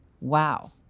wow